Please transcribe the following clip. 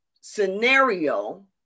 scenario